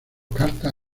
cartas